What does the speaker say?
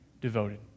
devoted